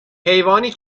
حیوانی